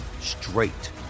straight